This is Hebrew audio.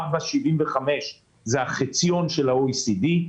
4.75% זה החציון של ה-OECD.